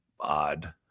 odd